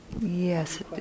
Yes